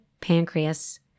pancreas